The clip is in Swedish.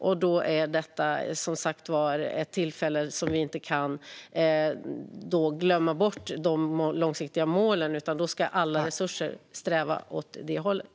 Därför är detta som sagt ett tillfälle då vi inte kan glömma bort de långsiktiga målen, utan alla resurser ska sträva åt det hållet.